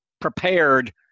prepared